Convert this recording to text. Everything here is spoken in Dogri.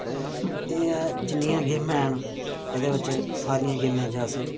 ते एह् ऐ जिन्नियां गेमां हैन एह्दे बिच्च सारियां गेमां जे अस